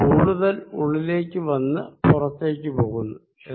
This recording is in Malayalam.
കൂടുതൽ ജലം ഉള്ളിലേക്ക് വന്ന് പുറത്തേക്ക് പോകുന്നതായാണ് കാണപ്പെടുന്നത്